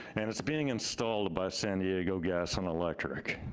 and it's being installed by san diego gas and electric,